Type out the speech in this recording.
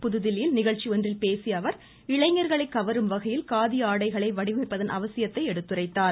புதுதில்லியில் நிகழ்ச்சி ஒன்றில் பேசிய அவர் இளைஞர்களை கவரும் வகையில் காதி ஆடைகளை வடிவமைப்பதின் அவசியத்தை அமைச்சர் எடுத்துரைத்தார்